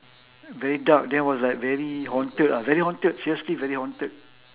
very dark then was like very haunted ah very haunted seriously very haunted